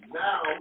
Now